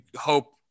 hope